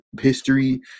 history